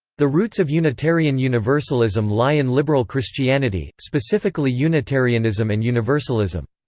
the roots of unitarian universalism lie in liberal christianity, specifically unitarianism and universalism.